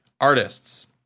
artists